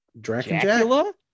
Dracula